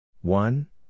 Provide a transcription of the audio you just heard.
One